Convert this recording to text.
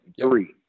three